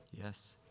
Yes